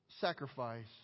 sacrifice